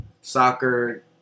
soccer